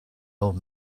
old